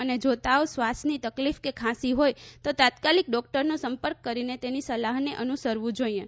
અને જો તાવ શ્વાસની તકલીફ કે ખાંસી હોય તો તાત્કાલિક ડોક્ટરનો સંપર્ક કરીને તેમની સલાહને અનુસારવું જોઈએ